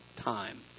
time